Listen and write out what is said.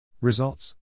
Results